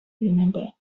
remember